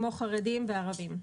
כמו למשל חרדים וערבים.